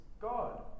God